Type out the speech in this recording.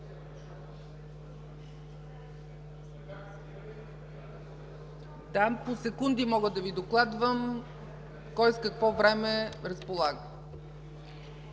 По секунди мога да Ви докладвам кой с какво време разполага.